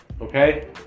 Okay